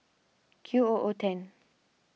Q O O ten